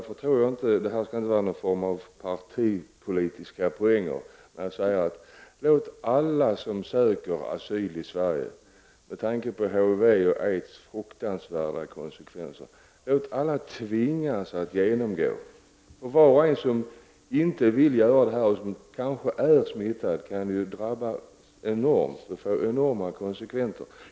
Jag tycker inte det är någon form av partipolitiska poäng när jag säger: Låt alla som söker asyl i Sverige, med tanke på HIV-smittans och aids fruktansvärda konsekvenser, tvingas att genomgå test. Var och en som inte vill bli testad och som kanske är smittad kan förstöra enormt. Det kan få enorma konsekvenser.